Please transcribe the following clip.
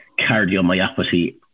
cardiomyopathy